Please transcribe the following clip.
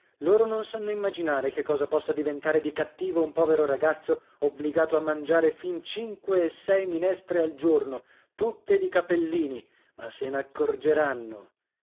loro non sanno immaginare che cosa possa diventare di cattivo un povero ragazzo obbligato a mangiare fin cinque e sei minestre al giorno tutte di capellini ma se n'accorgeranno